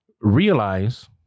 realize